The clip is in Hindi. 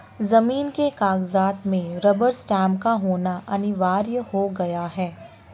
जमीन के कागजात में रबर स्टैंप का होना अनिवार्य हो गया है